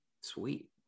Sweet